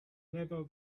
level